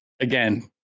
Again